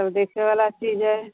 सब देखने वाली चीज़ है